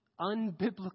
unbiblical